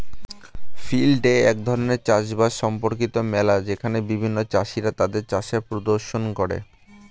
field day এক ধরণের চাষ বাস সম্পর্কিত মেলা যেখানে বিভিন্ন চাষীরা তাদের চাষের প্রদর্শন করে